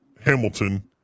Hamilton